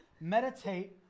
Meditate